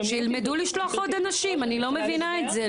-- שילמדו לשלוח עוד אנשים אני לא מבינה את זה.